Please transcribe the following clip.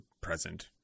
present